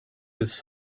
his